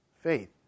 faith